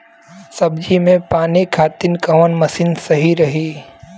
सब्जी में पानी खातिन कवन मशीन सही रही?